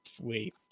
wait